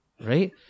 right